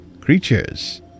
creatures